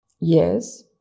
Yes